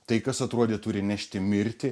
tai kas atrodė turi nešti mirtį